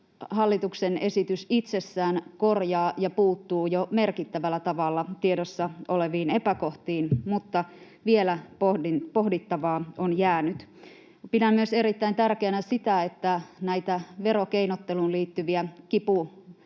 hallituksen esitys itsessään korjaa ja puuttuu jo merkittävällä tavalla tiedossa oleviin epäkohtiin, mutta vielä on jäänyt pohdittavaa. Pidän myös erittäin tärkeänä sitä, että näitä verokeinotteluun liittyviä